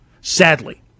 sadly